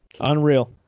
Unreal